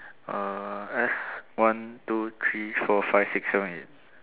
uh S one two three four five six seven eight